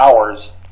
hours